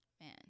man